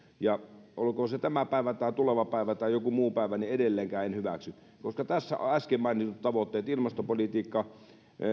ja olkoon se tämä päivä tai tuleva päivä tai joku muu päivä niin edelleenkään en hyväksy koska tässä äsken mainitut tavoitteet ilmastopolitiikka